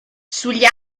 sugli